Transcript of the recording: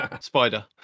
Spider